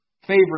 favorite